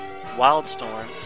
Wildstorm